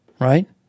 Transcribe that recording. right